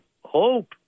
hope